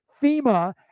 FEMA